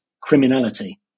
criminality